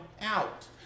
out